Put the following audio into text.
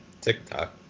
TikTok